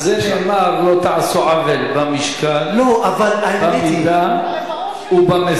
זה נאמר: לא תעשו עוול במשכן, במידה ובמשורה.